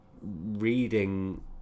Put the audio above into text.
reading